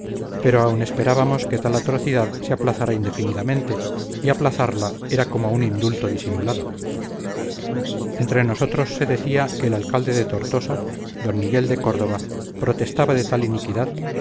pero aún esperábamos que tal atrocidad se aplazara indefinidamente y aplazarla era como un indulto disimulado entre nosotros se decía que el alcalde de tortosa don miguel de córdova protestaba de tal iniquidad